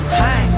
hi